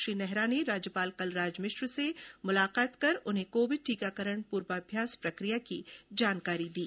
श्री नेहरा ने राज्यपाल कलराज मिश्र से मुलाकात कर उन्हें कोविड टीकाकरण पूर्वाभ्यास प्रकिया की जानकारी दी